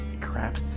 Crap